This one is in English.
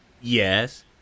Yes